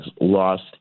lost